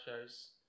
shows